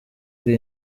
ari